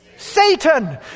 Satan